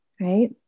right